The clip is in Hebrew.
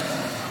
נתקבלה.